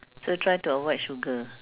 so try to avoid sugar